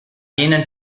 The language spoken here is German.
jenen